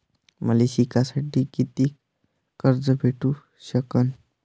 मले शिकासाठी कितीक कर्ज भेटू सकन?